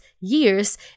years